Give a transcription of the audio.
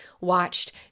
watched